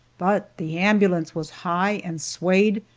but the ambulance was high and swayed,